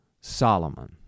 Solomon